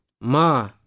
ma